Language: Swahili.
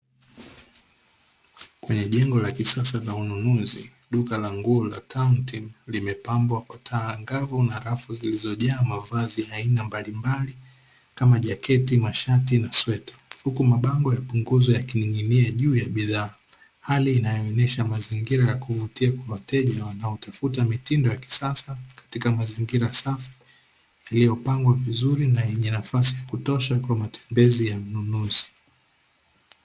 Kwenye jengo la kisasa la ununuzi, duka la nguo la "town team" limepambwa kwa taa angavu na rafu zilizojaa mavazi aina mbalimbali, kama: jaketi, mashati na sweta. Huku mabango yapunguzo yakining'inia juu ya bidhaa. Hali inayoonyesha mazingira ya kuvutia kwa wateja wanaotafuta mitindo ya kisasa katika mazingira safi, iliyopangwa vizuri na yenye nafasi ya kutosha kwa matembezi ya mnunuzi.